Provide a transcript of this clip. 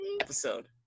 episode